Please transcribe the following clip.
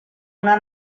una